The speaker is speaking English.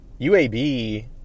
UAB